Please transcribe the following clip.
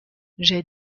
j’ai